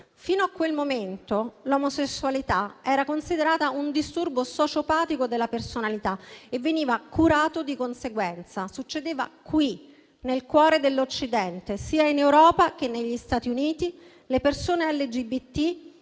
Fino a quel momento l'omosessualità era considerata un disturbo sociopatico della personalità e veniva curato di conseguenza: succedeva nel cuore dell'Occidente, sia in Europa che negli Stati Uniti. Le persone LGBT